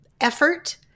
effort